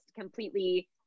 completely